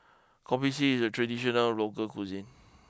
Kopi C is a traditional local cuisine